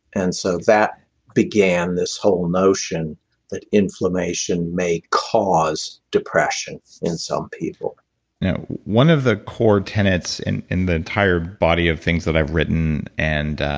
and so that began this whole notion that inflammation may cause depression in some people now, one of the core tenets in in the entire body of things that i've written and